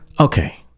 Okay